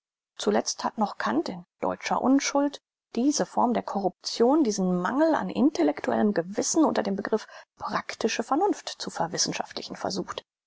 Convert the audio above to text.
zuletzt hat noch kant in deutscher unschuld diese form der corruption diesen mangel an intellektuellem gewissen unter dem begriff praktische vernunft zu verwissenschaftlichen versucht